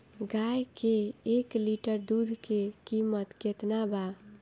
गाय के एक लीटर दूध के कीमत केतना बा?